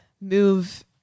move